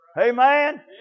Amen